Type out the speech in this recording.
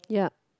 yup